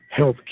Healthcare